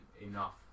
enough